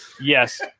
Yes